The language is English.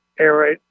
aerate